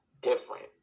different